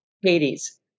Hades